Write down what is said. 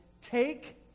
take